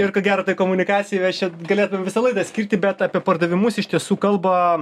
ir ko gero tai komunikacijai mes čia galėtume visą laidą skirti bet apie pardavimus iš tiesų kalba